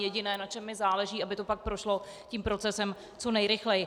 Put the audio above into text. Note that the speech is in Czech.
Jediné, na čem mi záleží, je, aby to pak prošlo tím procesem co nejrychleji.